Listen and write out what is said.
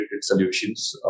solutions